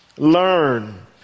Learn